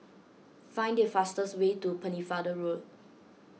find the fastest way to Pennefather Road